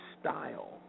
style